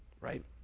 right